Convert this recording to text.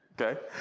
Okay